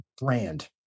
brand